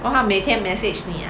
orh 他每天 message 你 ah